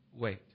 wait